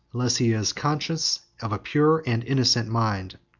unless he is conscious of a pure and innocent mind.